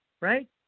right